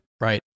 right